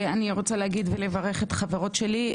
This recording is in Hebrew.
אני רוצה לברך את החברות שלי,